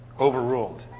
overruled